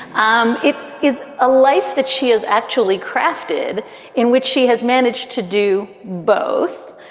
um it is a life that she is actually crafted in which she has managed to do both.